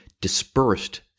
dispersed